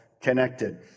connected